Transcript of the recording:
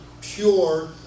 pure